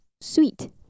Sweet